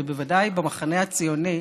ובוודאי במחנה הציוני,